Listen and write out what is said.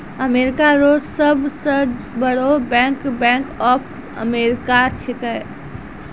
America रो सब से बड़ो बैंक बैंक ऑफ अमेरिका छैकै